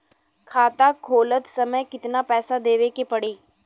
खाता खोलत समय कितना पैसा देवे के पड़ी?